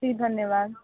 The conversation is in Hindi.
जी धन्यवाद